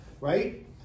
right